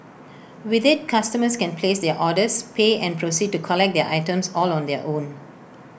with IT customers can place their orders pay and proceed to collect their items all on their own